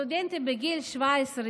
סטודנטים בגיל 17,